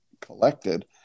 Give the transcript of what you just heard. collected